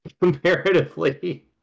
comparatively